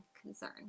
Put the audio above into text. concern